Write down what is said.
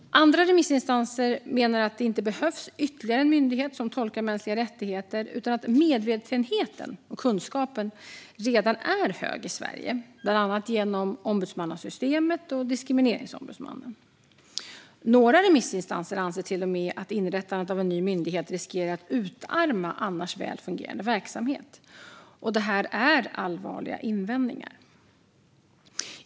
Andra remissinstanser menar att det inte behövs ytterligare en myndighet som tolkar mänskliga rättigheter. De menar att medvetenheten och kunskapen redan är hög i Sverige, bland annat genom ombudsmannasystemet och Diskrimineringsombudsmannen. Några remissinstanser anser till och med att inrättandet av en ny myndighet riskerar att utarma annars väl fungerande verksamhet. Det här är allvarliga invändningar.